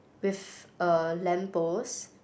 with a lamppost